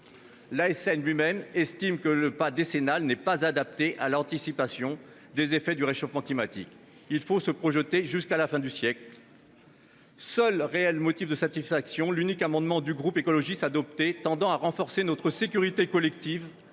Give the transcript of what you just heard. (ASN), elle-même, estime que le pas décennal n'est pas adapté à l'anticipation des effets du réchauffement climatique. Il faut se projeter jusqu'à la fin du siècle. Seul réel motif de satisfaction : l'unique amendement du groupe Écologiste - Solidarité et Territoires adopté, tendant à renforcer notre sécurité collective,